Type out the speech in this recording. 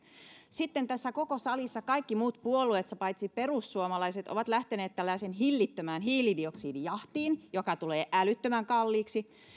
sitten tässä koko salissa kaikki muut puolueet paitsi perussuomalaiset ovat lähteneet tällaiseen hillittömään hiilidioksidijahtiin joka tulee älyttömän kalliiksi